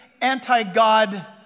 anti-God